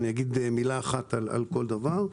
אגיד מילה אחת על כל דבר.